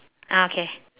ah okay